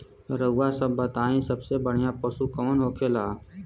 रउआ सभ बताई सबसे बढ़ियां पशु कवन होखेला?